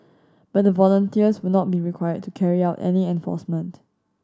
but the volunteers will not be required to carry out any enforcement